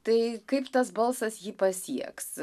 tai kaip tas balsas jį pasieks